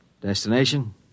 Destination